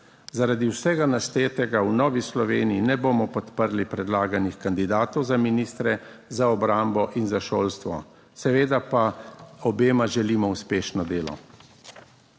Zaradi vsega naštetega v Novi Sloveniji ne bomo podprli predlaganih kandidatov za ministre za obrambo in za šolstvo, seveda pa obema želimo uspešno delo.